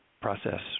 process